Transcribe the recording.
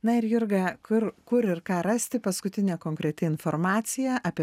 na ir jurga kur kur ir ką rasti paskutinė konkreti informacija apie